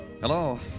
Hello